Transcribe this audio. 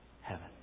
heaven